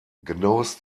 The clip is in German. genaues